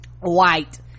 white